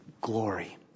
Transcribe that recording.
glory